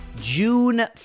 June